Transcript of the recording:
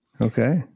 Okay